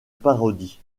parodie